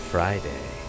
Friday